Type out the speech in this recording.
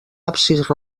absis